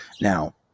Now